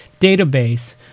database